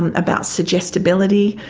and about suggestibility.